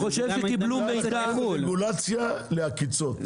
רגולציה לעקיצות.